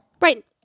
Right